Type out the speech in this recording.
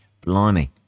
Blimey